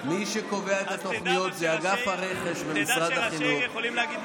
מי שקובע את התוכניות זה אגף הרכש במשרד החינוך.